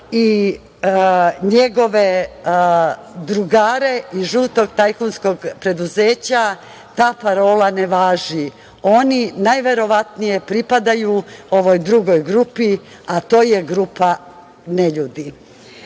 i njegove drugare iz žutog tajkunskog preduzeća ta parola ne važi. Oni najverovatnije pripadaju ovoj drugoj grupi, a to je grupa neljudi. Što